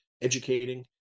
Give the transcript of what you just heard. educating